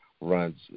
runs